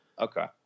Okay